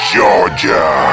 Georgia